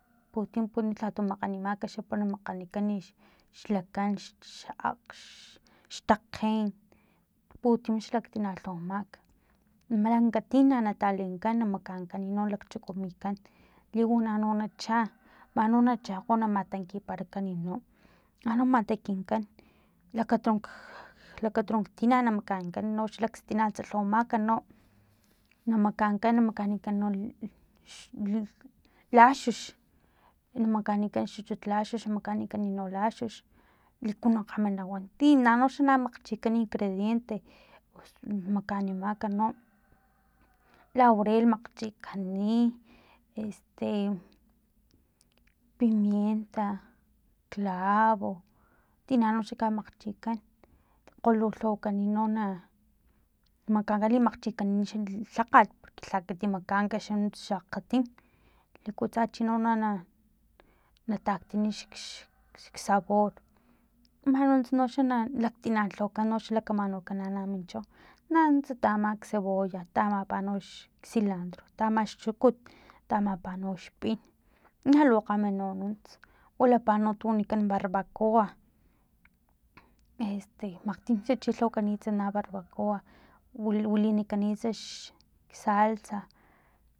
Putim kuan lha makganimak para na makganikan xlakan xa akg xtakgen putim laktina lhawamak lamka tina natalenkan na makankan lakchukumikan liwana no nacha man no na chakgo na matankiparakan no man na matankikan lakatun lakatunk tina na makankan no xalakstina lhawamak no na makankan na makanikan xl laxux na makanikan xchuchut laxux makanikan no laxux liku no kgama na wan tina noxa makgchikan ingrediente makanimaka no laurel lakgchikani este pimienta clavo tina noxa kamakgchikan kgolu lhawanani no na makankan limakchikani lhakgat lha kati makaan xa akgatin liku xachi no na nataktani xsabor man nuntsa noxa na laktina lhawakan lakatamaknukan min chau man nuntsa taan xcebolla tamapa xsilantro taama xukut tamapa noxpin na lukgama no xa nunts wilapa no tu wanikan barbacoa este maktim xa chi lhawakani xa na barbacoa wilinikannits xsalsa